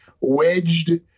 wedged